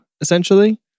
essentially